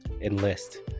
enlist